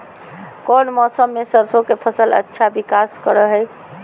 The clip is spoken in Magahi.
कौन मौसम मैं सरसों के फसल अच्छा विकास करो हय?